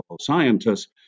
scientists